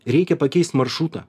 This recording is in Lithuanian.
reikia pakeist maršrutą